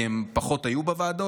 כי הם פחות היו בוועדות,